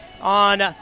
on